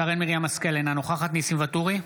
שרן מרים השכל, אינה נוכחת ניסים ואטורי,